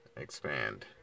expand